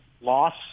loss